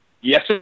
Yes